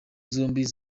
zombi